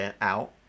out